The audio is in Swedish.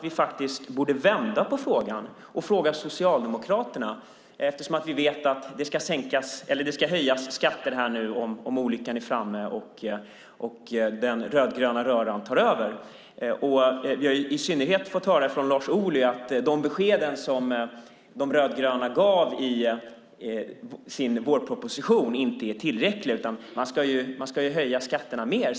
Vi borde vända på frågan och i stället fråga Socialdemokraterna. Vi vet att det ska höjas skatter om olyckan är framme och den rödgröna röran tar över. Från Lars Ohly har vi fått höra att de besked som De rödgröna gav i sin motion inte är tillräckliga; man ska höja skatterna mer.